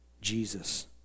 Jesus